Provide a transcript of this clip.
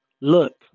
Look